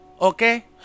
okay